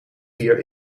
vier